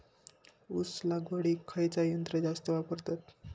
ऊस लावडीक खयचा यंत्र जास्त वापरतत?